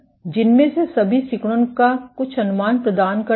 जिनमें से सभी सिकुड़न का कुछ अनुमान प्रदान करते हैं